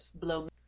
blow